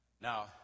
Now